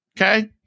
Okay